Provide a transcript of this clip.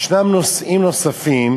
ישנם נושאים נוספים